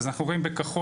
אז אנחנו רואים בכחול,